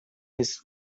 his